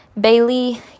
Bailey